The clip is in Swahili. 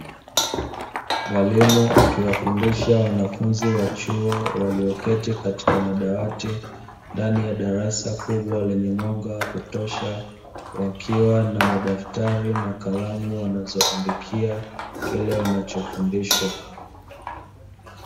Mwalimu akiwafundisha wanafunzi wa chuo walioketi katika madawati, ndani ya darasa kubwa lenye mwanga wa kutosha, wakiwa na madaftari na kalamu wanazoandikia kila wanachofundishwa.